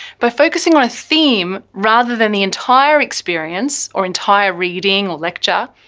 by focusing on a theme, rather than the entire experience or entire reading or lecture,